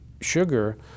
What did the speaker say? sugar